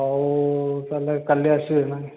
ହେଉ ତା'ହେଲେ କାଲି ଆସିବେ